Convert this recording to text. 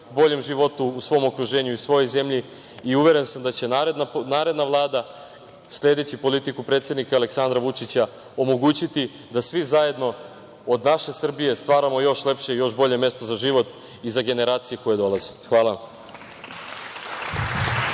boljem životu u svom okruženju i u svojoj zemlji i uveren sam da će naredna Vlada, sledeći politiku predsednika Aleksandra Vučića, omogućiti da svi zajedno od naše Srbije stvaramo još lepše i još bolje mesto za život i za generacije koje dolaze. Hvala